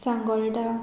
Sangolda